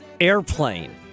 airplane